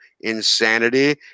insanity